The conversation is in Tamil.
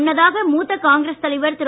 முன்னதாக மூத்த காங்கிரஸ் தலைவர் திரு